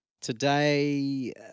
Today